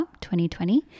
2020